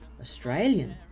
Australian